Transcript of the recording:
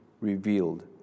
revealed